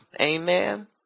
Amen